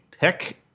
tech